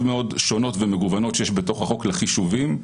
שונות ומגוונות שיש בתוך החוק לחישובים,